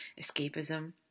escapism